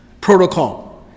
protocol